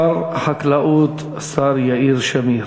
שר החקלאות השר יאיר שמיר.